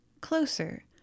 closer